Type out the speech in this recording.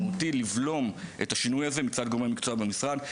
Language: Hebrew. לבלום את השינוי הזה מצד גורמי מקצוע במשרד.